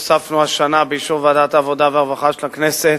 הוספנו השנה באישור ועדת העבודה והרווחה של הכנסת